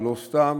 ולא סתם,